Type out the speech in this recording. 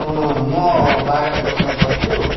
म बाग्राकोटमा बस्छु